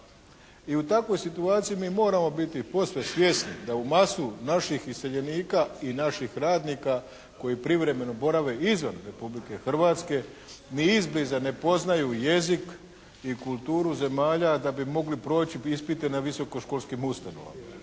I u takvoj situaciji mi moramo biti posve svjesni da u masu naših iseljenika i naših radnika koji privremeno borave izvan Republike Hrvatske ni izbliza ne poznaju jezik i kulturu zemalja da bi mogli proći ispite na visokoškolskih ustanovama.